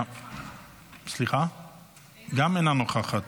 גם אינה נוכחת,